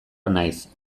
naiz